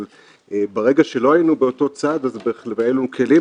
אבל ברגע שלא היינו באותו צד והיו לנו כלים,